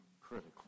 critical